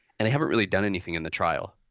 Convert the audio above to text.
and they haven't really done anything in the trial.